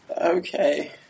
Okay